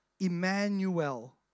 Emmanuel